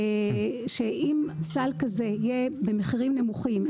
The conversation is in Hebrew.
שאם סל כזה יהיה במחירים נמוכים,